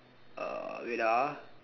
uh wait ah